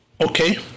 Okay